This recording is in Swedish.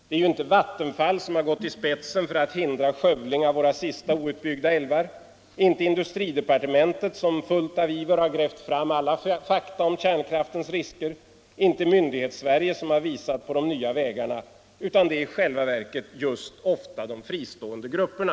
Det är ju inte Vattenfall som gått i spetsen för att hindra en skövling av våra sista outbyggda älvar; inte industridepartementet som fullt av iver grävt fram alla fakta om kärnkraftens risker; inte Myndighetssverige som visat på de nya vägarna, utan det är i själva verket ofta just de fristående grupperna.